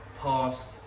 past